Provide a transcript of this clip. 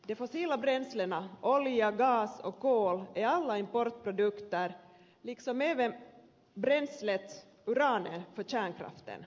de fossila bränslen olja gas och kol är alla importprodukter liksom även bränslet uranen för kärnkraften